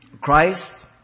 Christ